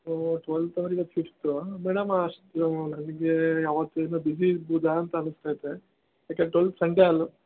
ಹೋ ಟ್ವೆಲ್ತ್ ಅಂದ್ರೆ ಇವತ್ತು ಫಿಫ್ತ್ ಮೇಡಮ್ ಅಷ್ಟು ನನಗೆ ಅವತ್ತೇನೋ ಬ್ಯುಸಿ ಇರ್ಬೋದಾ ಅಂತ ಅನಿಸ್ತೈತೆ ಯಾಕಂದ್ರೆ ಟ್ವಲ್ತ್ ಸಂಡೆ ಅಲ್ವ